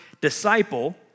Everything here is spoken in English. disciple